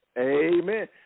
Amen